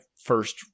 first